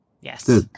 yes